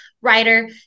writer